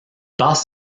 passe